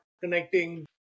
connecting